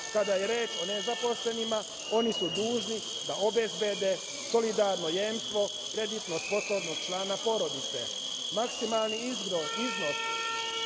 kada je reč o nezaposlenima, oni su dužni da obezbede solidarno jemstvo kreditno sposobnog člana porodice. Maksimalni iznos